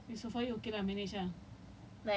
I guess it's it's okay lah